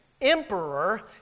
emperor